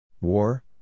War